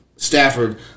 Stafford